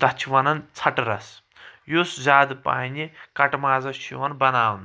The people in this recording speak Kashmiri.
تتھ چھ ونان ژھٹہٕ رس یُس زیادٕ پہم یہِ کٹہٕ مازس چھ یوان بناونہٕ